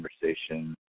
conversation